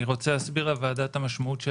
אני רוצה להסביר לוועדה את המשמעות של